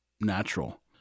natural